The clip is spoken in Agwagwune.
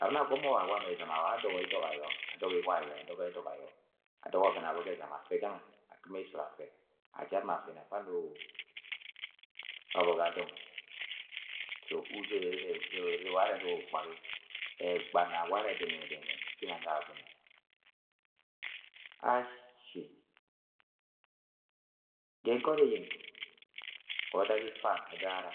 Ẹbani yẹ agọm mọ awa ma ezam awa adọgọ idọk ayọ, adọgọ iwa ayọ, adọgọ ẹdọk ayo, adọgọ ọvẹn ayọ ga ezam afe gange, akɨm esut afẹ ajat mọ afẹnẹafa ano babọ ga dọng so uzod erure ware ga ukpagi egbana ware dẹnẹ-dẹnẹnẹ gínang ga Agwagune a shi ga ẹgọt eyeng wa ọdạk ifa agagara